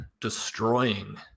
destroying